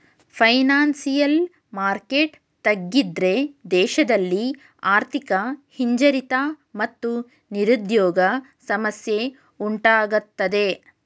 financial market ತಗ್ಗಿದ್ರೆ ದೇಶದಲ್ಲಿ ಆರ್ಥಿಕ ಹಿಂಜರಿತ ಮತ್ತು ನಿರುದ್ಯೋಗ ಸಮಸ್ಯೆ ಉಂಟಾಗತ್ತದೆ